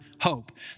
hope